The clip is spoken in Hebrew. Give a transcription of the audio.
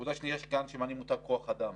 נקודה שנייה שכאן מעלים אותה היא כוח אדם.